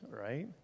right